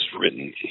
written